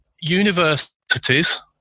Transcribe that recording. universities